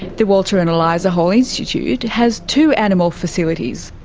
the walter and eliza hall institute has two animal facilities.